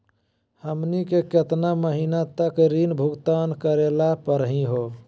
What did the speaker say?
हमनी के केतना महीनों तक ऋण भुगतान करेला परही हो?